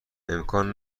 امکان